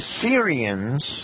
Syrians